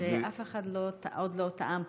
שאף אחד עוד לא טעם פה.